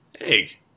Egg